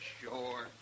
sure